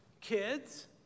Kids